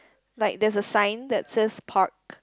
like there's a sign that says park